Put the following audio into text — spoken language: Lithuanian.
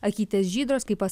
akytės žydros kaip pas